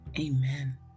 Amen